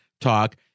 talk